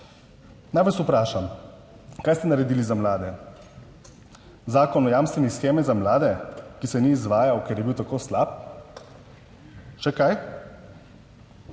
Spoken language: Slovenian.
Naj vas vprašam, kaj ste naredili za mlade? Zakon o jamstveni shemi za mlade, ki se ni izvajal, ker je bil tako slab. Še kaj?